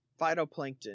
phytoplankton